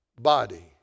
body